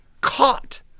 Caught